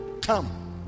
Come